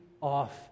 off